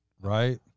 Right